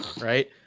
right